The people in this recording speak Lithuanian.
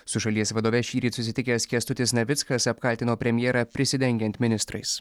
su šalies vadove šįryt susitikęs kęstutis navickas apkaltino premjerą prisidengiant ministrais